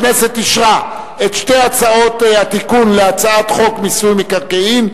הכנסת אישרה את שתי הצעות התיקון להצעת חוק מיסוי מקרקעין.